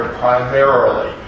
primarily